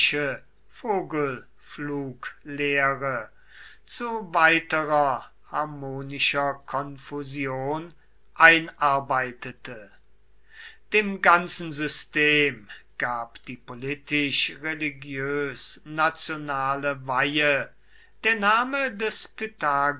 vogelfluglehre zu weiterer harmonischer konfusion einarbeitete dem ganzen system gab die politisch religiös nationale weihe der name des